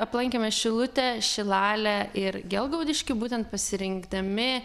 aplankėme šilutę šilalę ir gelgaudiškį būtent pasirinkdami